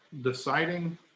deciding